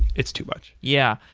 it's too much. yeah.